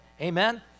Amen